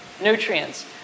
nutrients